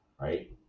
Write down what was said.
right